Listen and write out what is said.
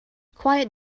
quiet